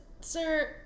sir